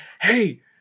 hey